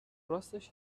راستش